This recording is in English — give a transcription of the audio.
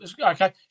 okay